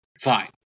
fine